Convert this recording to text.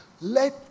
Let